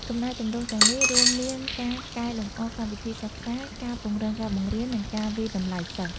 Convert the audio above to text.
កំណែទម្រង់ទាំងនេះរួមមានការកែលម្អកម្មវិធីសិក្សា ការពង្រឹងការបង្រៀន និងការវាយតម្លៃសិស្ស។